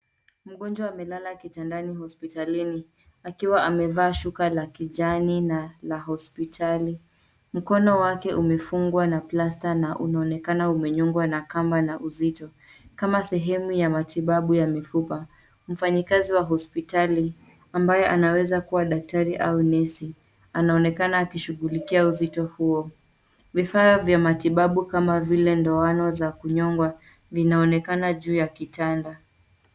Mgonjwa amelala kitandani hospitalini, akiwa amevaa shuka la kijani na la hospitali. Mkono wake umefungwa na plasta na unaonekana umenyongwa na kamba na uzito, kama sehemu ya matibabu ya mifupa. Mfanyakazi wa hospitali, ambaye anaweza kuwa daktari au nesi, anaonekana akishughulikia uzito huo. Vifaa vya matibabu kama vile ndoano za kunyongwa, vinaonekana juu ya kitanda.